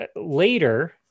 later